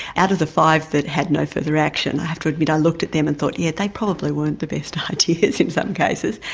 out of the five that had no further reaction, i have to admit i looked at them and thought, yeah, they probably weren't the best ideas in some cases.